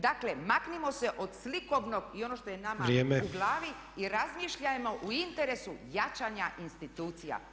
Dakle, maknimo se od slikovnog i ono što je nama u glavi i razmišljajmo u interesu jačanja institucija.